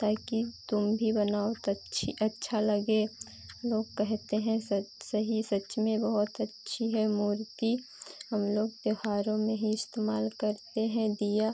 ताकि तुम भी बनाओ तो अच्छी अच्छा लगे लोग कहते हैं सच सही सच में बहुत अच्छी है मूर्ति हम लोग त्यौहारों में ही इस्तेमाल करते हैं दिया